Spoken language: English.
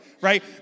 Right